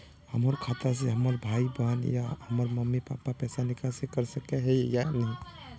हमरा खाता से हमर भाई बहन या हमर मम्मी पापा पैसा निकासी कर सके है या नहीं?